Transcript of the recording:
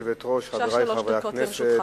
גברתי היושבת-ראש, חברי חברי הכנסת,